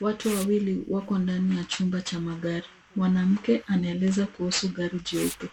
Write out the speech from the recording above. Watu wawili wako ndani ya chumba cha magari. Mwanamke anaeleza kuhusu gari jeupe,